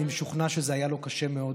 אני משוכנע שזה היה לו קשה מאוד.